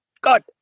God